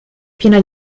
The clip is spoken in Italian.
piena